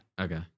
okay